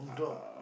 uh